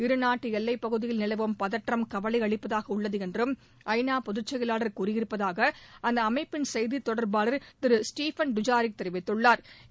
இரு நாட்டு எல்லைப் பகுதியில் நிலவும் பதற்றம் கவலை அளிப்பதாக உள்ளது என்றும் ஐ நா பொதுச்செயலாளர் கூறியிருப்பதாக அந்த அமைப்பின் செய்தித்தொடர்பாளர் திரு ஸ்டபன் டுஜாரிக் தெரிவித்துள்ளா்